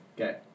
Okay